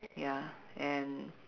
ya and